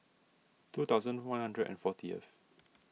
two thousand one hundred and fortieth